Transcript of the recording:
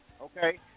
okay